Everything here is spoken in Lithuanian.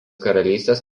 karalystės